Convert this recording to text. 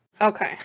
Okay